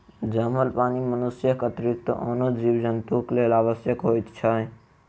जमल पानि मनुष्यक अतिरिक्त आनो जीव जन्तुक लेल आवश्यक होइत छै